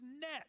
net